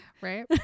right